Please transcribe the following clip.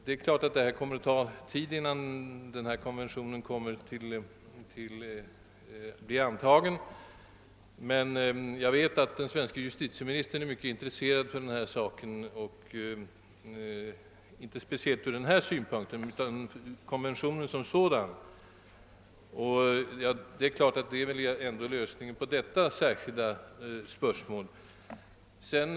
Det är klart att det kommer att ta tid, innan denna konvention blir antagen, men jag vet att den svenske justitieministern är mycket intresserad av denna sak, kanske inte speciellt ur den här anlagda synpunkten utan av konventionen som sådan. Den ger säkert lösningen på detta särskilda problem.